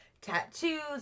tattoos